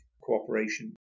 cooperation